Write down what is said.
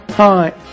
Hi